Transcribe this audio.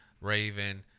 Raven